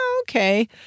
okay